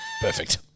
Perfect